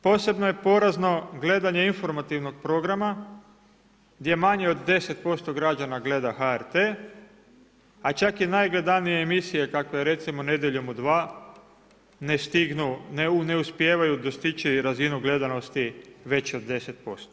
Posebno je porazno gledanje informativnog programa, gdje manje od 10% građana gleda HRT, a čak i najgledanije emisije kakve recimo Nedjeljom u 2, ne uspijevaju dostići razinu gledanosti veću od 10%